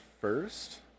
first